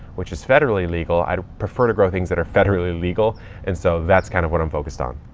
which is federally legal. i'd prefer to grow things that are federally legal and so that's kind of what i'm focused on.